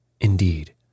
Indeed